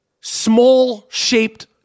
small-shaped